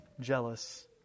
jealous